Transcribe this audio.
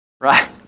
Right